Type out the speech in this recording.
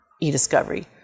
e-discovery